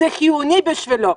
זה חיוני בשבילו,